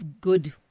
good